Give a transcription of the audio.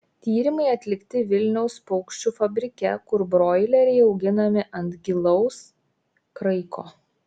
tyrimai atlikti vilniaus paukščių fabrike kur broileriai auginami ant gilaus kraiko